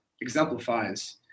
exemplifies